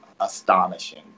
astonishing